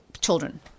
children